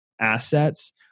assets